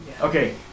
Okay